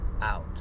out